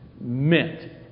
meant